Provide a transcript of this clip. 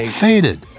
faded